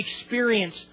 experience